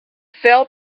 fell